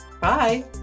Bye